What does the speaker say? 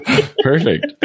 perfect